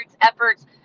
efforts